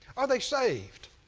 are they saved?